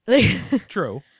True